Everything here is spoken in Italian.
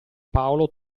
paolo